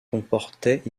comportait